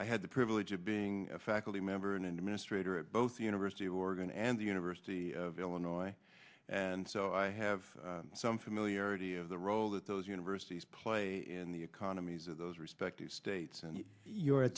i had the privilege of being a faculty member an administrator of both the university of oregon and the university of illinois and so i have some familiarity of the role that those universities play in the economies of those respective states and your a